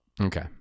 Okay